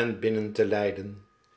en binnen te leiden